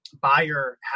buyer